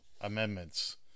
amendments